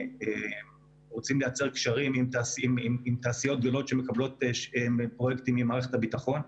רוצים לייצר קשרים עם תעשיות גדולות שמקבלות פרויקטים ממערכת הביטחון.